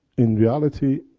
in reality,